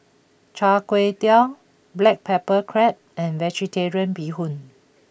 Char Kway Teow Black Pepper Crab and Vegetarian Bee Hoon